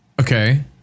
Okay